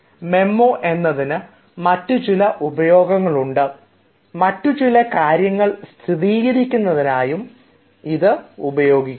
memo എന്നതിന് മറ്റു ചില ഉപയോഗങ്ങളുമുണ്ട് മറ്റു ചില കാര്യങ്ങൾ സ്ഥിരീകരിക്കുന്നതിനായും ഇത് ഉപയോഗിക്കുന്നു